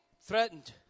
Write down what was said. Threatened